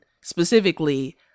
specifically